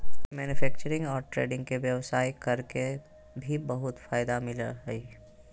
manufacturing और trading के व्यवसाय कर के भी बहुत फायदा मिलय हइ